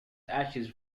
ashes